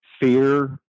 fear